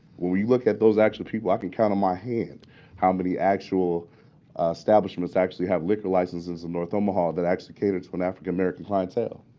when we look at those actual people, i can count on my hand how many actual establishments actually have liquor licenses in north omaha that actually cater to an african-american clientele.